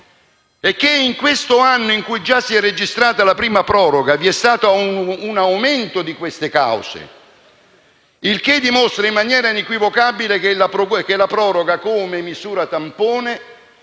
ma che in questo anno, in cui si è già registrata la prima proroga, vi è stato un aumento di queste cause; il che dimostra in maniera inequivocabile che la proroga come misura tampone non